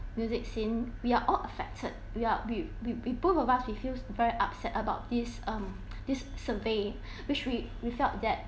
music scene we are all affected we are we we we both of us we feels very upset about this um this survey which we we felt that